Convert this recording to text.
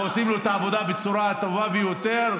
עושים לו את העבודה בצורה הטובה ביותר.